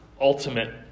ultimate